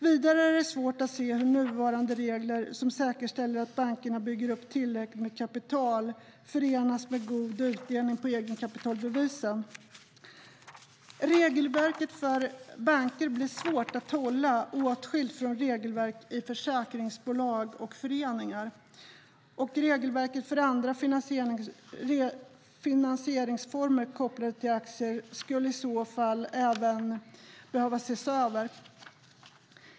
Vidare är det svårt att se hur nuvarande regler som säkerställer att banker bygger upp tillräckligt med kapital förenas med god utdelning på egenkapitalbevisen. Regelverket för banker blir svårt att hålla åtskilt från regelverk i försäkringsbolag och föreningar. Regelverket för andra finansieringsformer kopplade till aktier skulle i så fall också behöva ses över.